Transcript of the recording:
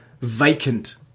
vacant